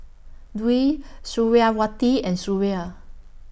Dwi Suriawati and Suria